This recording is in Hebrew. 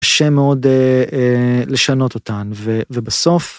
קשה מאוד לשנות אותן, ובסוף.